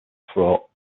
fraught